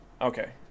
Okay